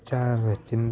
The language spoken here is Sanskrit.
च अव चिन्